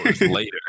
later